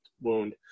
wound